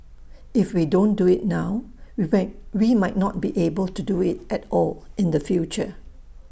if we don't do IT now we way we might not be able do IT at all in the future